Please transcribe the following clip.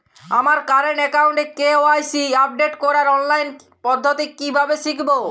আমার কারেন্ট অ্যাকাউন্টের KYC update করার অনলাইন পদ্ধতি কীভাবে শিখব?